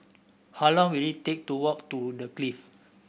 how long will it take to walk to The Clift